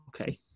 okay